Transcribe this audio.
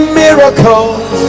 miracles